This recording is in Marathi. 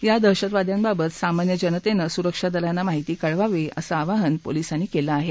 या दहशतवाद्यांबाबत सामान्य जनतेने सुरक्षादलांना माहिती कळवावी असं आवाहन पोलिसांनी केलं आहे